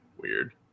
Weird